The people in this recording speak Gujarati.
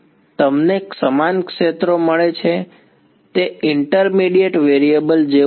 તમને સમાન ક્ષેત્રો મળે છે તે ઇન્ટરમીડીએટ વેરિયેબલ જેવું છે